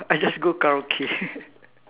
I just go karaoke